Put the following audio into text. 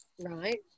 right